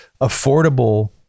affordable